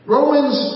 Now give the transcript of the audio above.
Romans